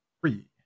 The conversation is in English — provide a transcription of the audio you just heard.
three